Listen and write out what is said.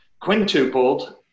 quintupled